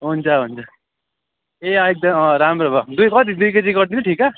हुन्छ हुन्छ ए अँ एकदम अँ राम्रो भयो दुई कति दुई केजी गर्दिनु ठिका